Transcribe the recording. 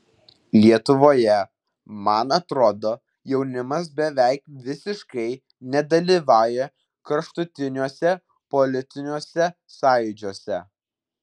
lietuvoje man atrodo jaunimas beveik visiškai nedalyvauja kraštutiniuose politiniuose sąjūdžiuose